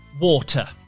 water